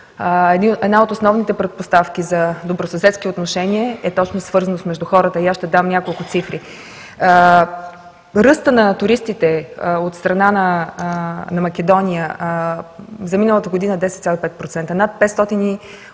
една от основните предпоставки за добросъседски отношения е точно свързаност между хората и аз ще дам няколко цифри. Ръстът на туристите от страна на Македония за миналата година е 10,5%,